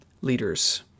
leaders